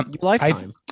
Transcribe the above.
lifetime